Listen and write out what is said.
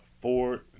Ford